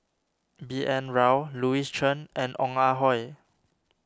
B N Rao Louis Chen and Ong Ah Hoi